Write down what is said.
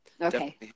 Okay